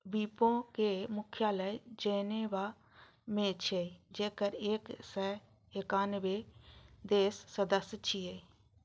विपो के मुख्यालय जेनेवा मे छै, जेकर एक सय एकानबे देश सदस्य छियै